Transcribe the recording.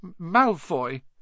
Malfoy